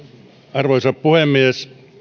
arvoisa puhemies